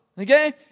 Okay